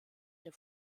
der